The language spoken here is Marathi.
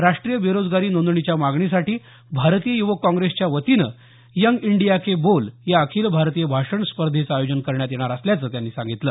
राष्ट्रीय बेरोजगारी नोंदणीच्या मागणीसाठी भारतीय युवक काँग्रेसच्या वतीनं यंग इंडिया के बोल या अखिल भारतीय भाषण स्पर्धेचं आयोजन करण्यात येणार असल्याचं त्यांनी सांगितलं